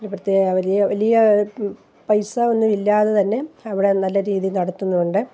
ഒരു പ്രത്യേക വലിയ വലിയ പൈസ ഒന്നുമില്ലാതെ തന്നെ അവിടെ നല്ല രീതി നടത്തുന്നുണ്ട്